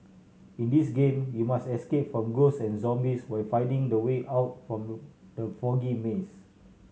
in this game you must escape from ghosts and zombies while finding the way out from the foggy maze